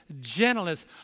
gentleness